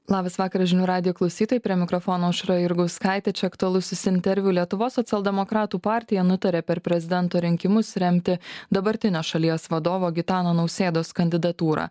labas vakaras žinių radijo klausytojai prie mikrofono aušra jurgauskaitė čia aktualusis interviu lietuvos socialdemokratų partija nutarė per prezidento rinkimus remti dabartinio šalies vadovo gitano nausėdos kandidatūrą